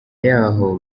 yaho